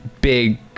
Big